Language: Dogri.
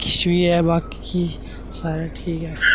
किश बी है बाकी सारा ठीक ऐ